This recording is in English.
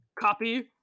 copy